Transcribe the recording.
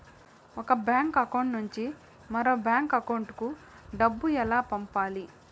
ఒక bank account నుంచి మరొక బ్యాంకు అకౌంట్ కు డబ్బు ఎలా పంపాలి